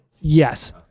Yes